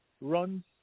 runs